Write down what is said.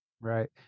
Right